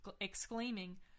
exclaiming